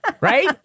Right